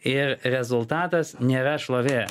ir rezultatas nėra šlovė